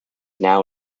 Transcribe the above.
now